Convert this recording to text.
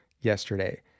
yesterday